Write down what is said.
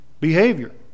behavior